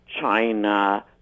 China